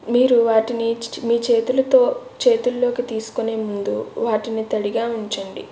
మీరు వాటిని మీ చేతులతో చేతుల్లోకి తీసుకునే ముందు వాటిని తడిగా ఉంచండి